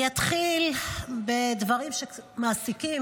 אני אתחיל בדברים שמעסיקים,